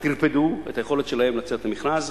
טרפדו את היכולת שלהם לצאת למכרז.